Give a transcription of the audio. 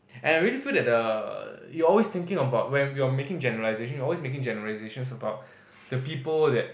and I really feel that the it's always thinking bout when we are making generalisation we are always making generalisations about the people that